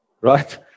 right